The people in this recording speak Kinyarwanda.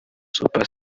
super